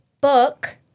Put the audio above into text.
book